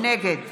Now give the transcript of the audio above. נגד